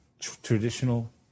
traditional